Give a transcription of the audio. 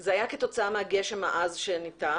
זה היה כתוצאה מהגשם העז שירד.